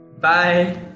Bye